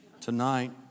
tonight